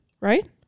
right